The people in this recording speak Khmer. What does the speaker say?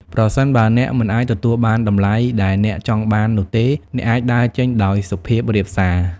ប្រសិនបើអ្នកមិនអាចទទួលបានតម្លៃដែលអ្នកចង់បាននោះទេ អ្នកអាចដើរចេញដោយសុភាពរាបសារ។